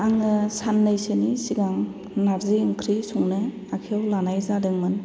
आङो साननैसोनि सिगां नार्जि ओंख्रि संनो आखायाव लानाय जादोंमोन